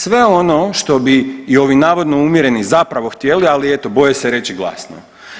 Sve ono što bi i ovi navodno uvjereni zapravo htjeli, ali eto boje se reći glasno.